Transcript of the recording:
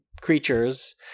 creatures